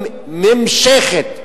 נמשכת.